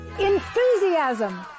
enthusiasm